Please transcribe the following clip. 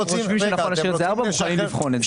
אנחנו חושבים שנכון להשאיר את זה ארבע ומוכנים לבחון את זה.